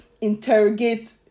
interrogate